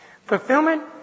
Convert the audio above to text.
Fulfillment